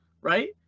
right